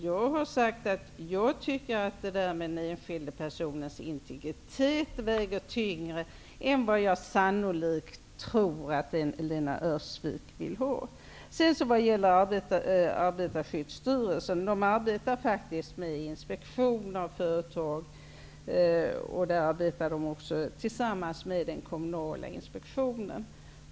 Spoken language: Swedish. Jag tycker att den enskilde personens integritet väger tyngre än vad jag tror att Lena Öhrsvik sannolikt tycker. Arbetarskyddsstyrelsen arbetar faktiskt med inspektion av företag. De arbetar också tillsammans med den kommunala inspektionen.